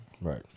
Right